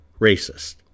racist